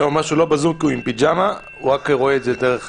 תתחיל בנגד...